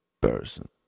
person